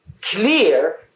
clear